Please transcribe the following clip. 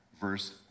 verse